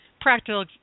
Practical